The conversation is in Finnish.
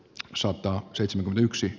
kansalta seitsemän yksi